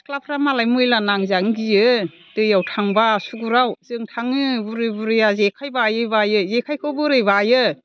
सिख्लाफ्रा मालाय मैला नांजानो गियो दैयाव थांब्ला आसुगुराव जों थाङो बुरि बुरिया जेखाइ बायै बायै जेखाइखौ बोरै बायो